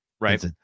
right